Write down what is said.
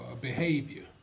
behavior